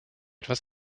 etwas